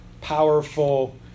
powerful